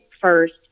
first